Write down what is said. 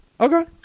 Okay